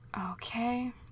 Okay